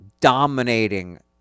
dominating